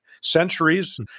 centuries